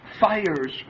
Fires